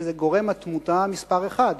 שזה גורם התמותה מספר אחת.